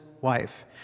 wife